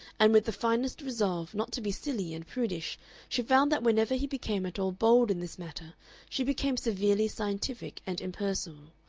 and with the finest resolve not to be silly and prudish she found that whenever he became at all bold in this matter she became severely scientific and impersonal,